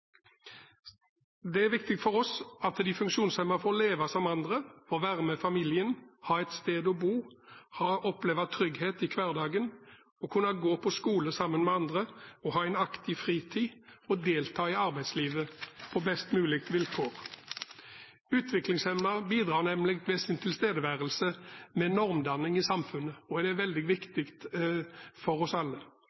Det er viktig for oss at de funksjonshemmede får leve sammen med andre, være med familien, ha et sted å bo og oppleve trygghet i hverdagen og kan gå på skole sammen med andre, ha en aktiv fritid og delta i arbeidslivet på best mulige vilkår. Utviklingshemmede bidrar nemlig ved sin tilstedeværelse til normdanning i samfunnet, og det er veldig